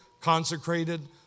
consecrated